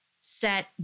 set